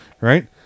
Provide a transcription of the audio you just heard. right